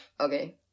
Okay